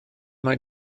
mae